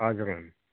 हजुर